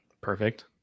Perfect